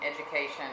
education